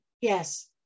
yes